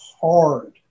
hard